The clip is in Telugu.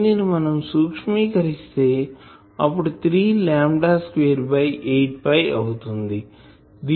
దీనిని మనం సూక్ష్మీకరిస్తే అప్పుడు 3 లాంబ్డా స్క్వేర్ బై 8 పై అవుతుంది